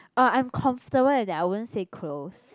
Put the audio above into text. uh I'm comfortable that I won't say close